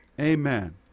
Amen